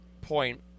point